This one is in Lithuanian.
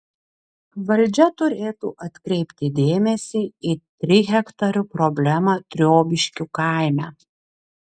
valdžia turėtų atkreipti dėmesį į trihektarių problemą triobiškių kaime